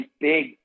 big